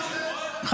או את החמאס,